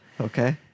Okay